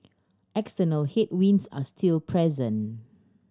external headwinds are still present